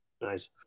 Nice